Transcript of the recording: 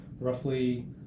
roughly